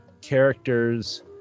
characters